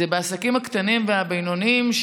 זה בעסקים הקטנים והבינוניים,